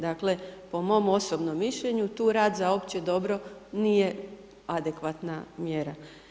Dakle po mom osobnom mišljenju tu rad za opće dobro nije adekvatna mjera.